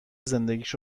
زندگیش